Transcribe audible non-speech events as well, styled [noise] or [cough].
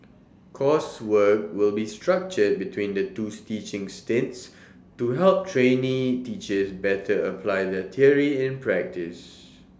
coursework will be structured between the twos teaching stints to help trainee teachers better apply their theory in practice [noise]